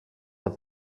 what